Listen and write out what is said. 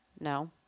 No